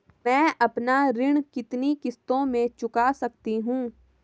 मैं अपना ऋण कितनी किश्तों में चुका सकती हूँ?